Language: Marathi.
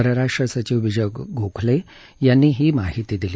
परराष्ट्र सचिव विजय गोखले यांनी ही माहिती दिली